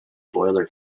boiler